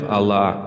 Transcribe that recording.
Allah